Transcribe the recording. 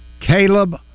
Caleb